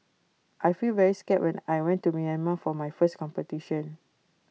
I felt very scared when I went to Myanmar for my first competition